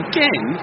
Again